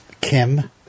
Kim